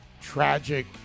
tragic